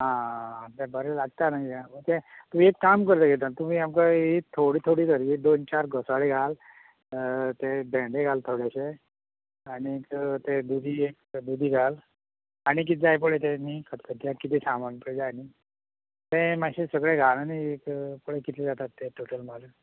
आं बरें लागता न्हय आं तें एक काम कर दाखयता तूं यें पय थोडी फोडी घाल यो दोन चार घोसाळीं घाल तें भेंडें घाल थोडेशे आनी एक ते दुदी दुदी घाल आनी कितें एक जाय पय न्ही खतखत्याक कितें सामान जाय पय न्ही तें मात्शें सगलें घाल आनी एक पळय कितले जाता ते टाॅटल मारून